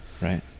right